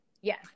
yes